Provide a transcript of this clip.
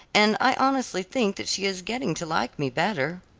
and i honestly think that she is getting to like me better.